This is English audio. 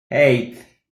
eight